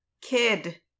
kid